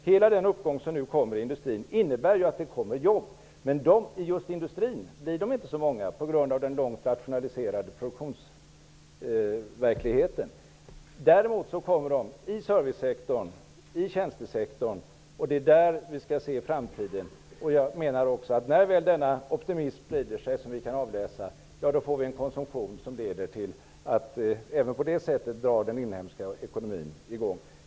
Hela den uppgång som nu sker inom industrin innebär ju att det skapas jobb, men just inom industrin blir jobben inte så många på grund av den långt rationaliserade produktionen. Däremot skapas det jobb inom servicesektorn och inom tjänstesektorn. Där skall vi se framtiden. När denna optimism väl sprider sig, får vi en konsumtion som leder till att den inhemska ekonomin drar i gång.